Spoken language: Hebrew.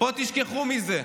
פה, תשכחו מזה.